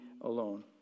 alone